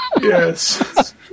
Yes